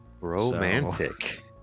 Romantic